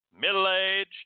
middle-aged